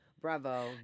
bravo